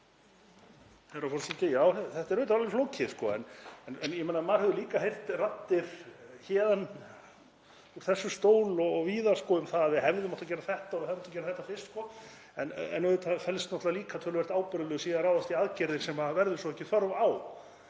þetta er alveg flókið. Maður hefur líka heyrt raddir héðan úr þessum stól og víðar um að við hefðum átt að gera þetta eða hitt fyrst en auðvitað felst líka töluvert ábyrgðarleysi í því að ráðast í aðgerðir sem er svo ekki þörf á.